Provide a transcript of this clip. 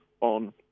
on